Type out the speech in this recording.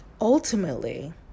Ultimately